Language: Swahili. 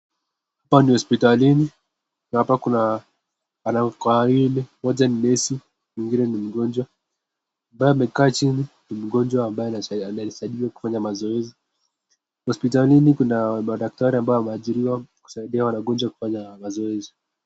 Hapa ni hospitalini na hapa kuna wanawake wawili moja ni nesi mwingine ni mgonjwa, ambaye amekaa chini ni mgonjwa ambaye anasaidiwa kufanya mazoezi hospitalini kuna madaktari ambao wameajiriwa kusaidia wagonjwa kufanya mazoezi.